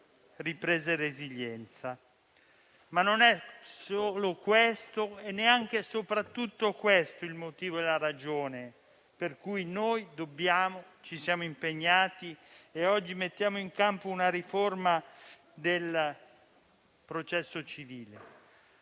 ripresa e resilienza, ma non è solo questo e neanche soprattutto questo il motivo per cui ci siamo impegnati e oggi mettiamo in campo una riforma del processo civile.